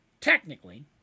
Technically